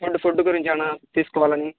ఏమన్న ఫుడ్ గురించి ఏమన్న తీసుకోవాలని